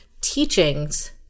teachings